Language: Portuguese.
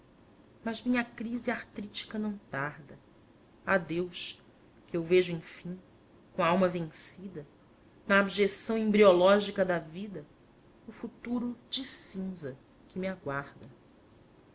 mas minha crise artrítica não tarda adeus que eu vejo enfim com a alma vencida na abjeção embriológica da vida o futuro de cinza que me aguarda